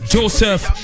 Joseph